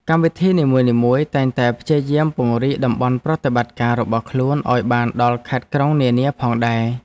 កម្មវិធីនីមួយៗតែងតែព្យាយាមពង្រីកតំបន់ប្រតិបត្តិការរបស់ខ្លួនឱ្យបានដល់ខេត្តក្រុងនានាផងដែរ។